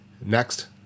next